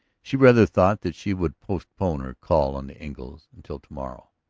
she rather thought that she would postpone her call on the engles until to-morrow.